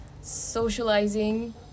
socializing